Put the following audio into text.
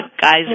guy's